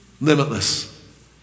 Limitless